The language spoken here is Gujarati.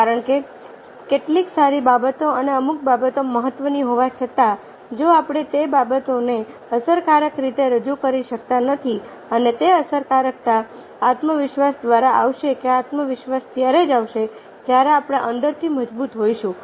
કારણ કે કેટલીક સારી બાબતો અને અમુક બાબતો મહત્વની હોવા છતાં જો આપણે તે બાબતોને અસરકારક રીતે રજૂ કરી શકતા નથી અને તે અસરકારકતા આત્મવિશ્વાસ દ્વારા આવશે કે આત્મવિશ્વાસ ત્યારે જ આવશે જ્યારે આપણે અંદરથી મજબૂત હોઈશું